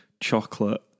chocolate